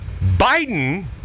Biden